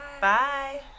Bye